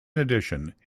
addition